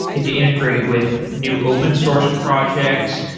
you have to integrate with new open source projects,